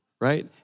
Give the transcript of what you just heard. right